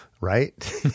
Right